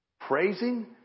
Praising